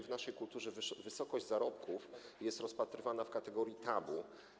W naszej kulturze wysokość zarobków jest rozpatrywana w kategorii tabu.